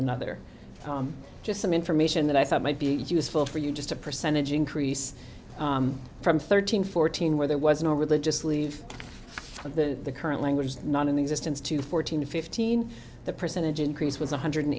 another just some information that i thought might be useful for you just a percentage increase from thirteen fourteen where there was no religious leave of the current language not in the existence to fourteen fifteen the percentage increase was one hundred